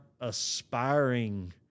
aspiring